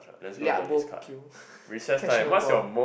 ya liak bo kiu catch no ball